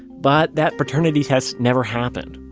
but that paternity test never happened.